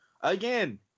again